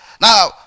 Now